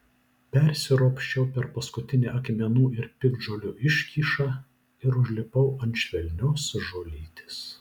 persiropščiau per paskutinę akmenų ir piktžolių iškyšą ir užlipau ant švelnios žolytės